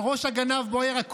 הינה.